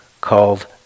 called